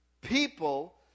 people